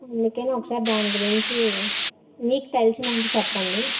అందుకనే ఒకసారి దాని గురించి మీకు తెలిసినంత చెప్పండి